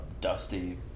dusty